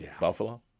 Buffalo